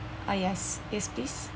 ah yes yes please